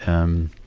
um,